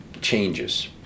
changes